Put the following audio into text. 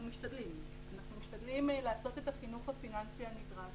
אנחנו משתדלים לעשות את החינוך הפיננסי הנדרש.